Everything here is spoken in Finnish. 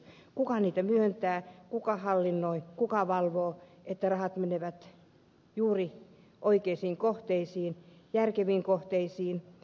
kuka niitä myöntää kuka hallinnoi kuka valvoo että rahat menevät juuri oikeisiin järkeviin kohteisiin